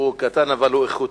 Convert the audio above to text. הוא קטן אבל הוא איכותי.